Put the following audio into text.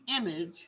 image